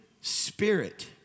spirit